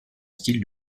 style